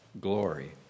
glory